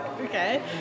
Okay